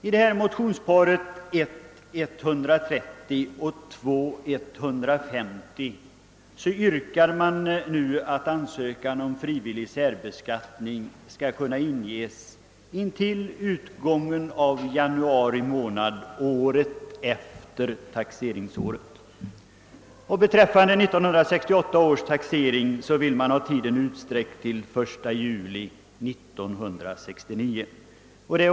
I motionsparet I:130 och II: 150 yrkas att ansökan om frivillig särbeskattning skall kunna inges intill utgången av januari månad året efter taxeringsåret. Beträffande 1968 års taxering vill man ha tiden utsträckt till den 1 juli 1969.